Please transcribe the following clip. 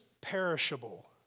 perishable